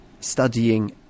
studying